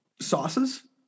sauces